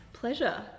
Pleasure